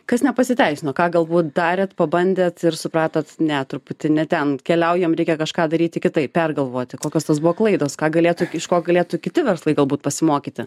kas nepasiteisino ką galbūt darėt pabandėt ir supratot ne truputį ne ten keliaujam reikia kažką daryti kitaip pergalvoti kokios tos buvo klaidos ką galėtų iš ko galėtų kiti verslai galbūt pasimokyti